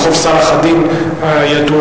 ברחוב צלאח א-דין הידוע.